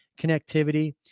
connectivity